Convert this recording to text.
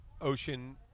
Ocean